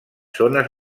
zones